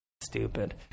stupid